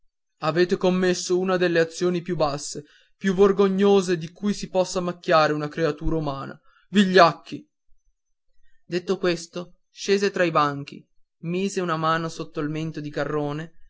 avete commesso una delle azioni più basse più vergognose di cui si possa macchiare una creatura umana vigliacchi detto questo scese tra i banchi mise una mano sotto il mento a garrone